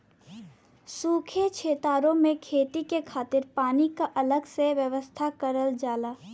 सूखे छेतरो में खेती के खातिर पानी क अलग से व्यवस्था करल जाला